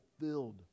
fulfilled